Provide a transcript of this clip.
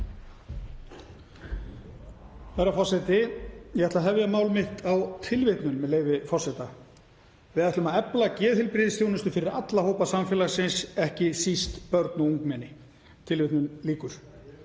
Herra forseti. Ég ætla að hefja mál mitt á tilvitnun, með leyfi forseta: „Við ætlum að efa geðheilbrigðisþjónustu fyrir alla hópa samfélagsins, ekki síst börn og ungmenni.“ Þessi 14